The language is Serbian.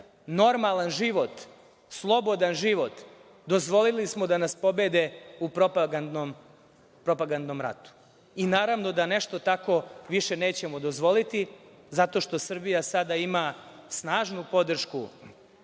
normalan život, slobodan život, dozvolili smo da nas pobede u propagandnom ratu. Naravno da nešto tako više nećemo dozvoliti zato što Srbija sada ima snažnu podršku